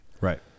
Right